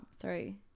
sorry